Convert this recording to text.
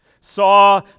saw